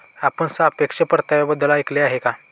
आपण सापेक्ष परताव्याबद्दल ऐकले आहे का?